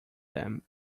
them